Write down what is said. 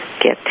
get